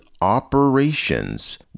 operations